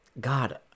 God